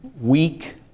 Weak